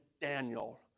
Daniel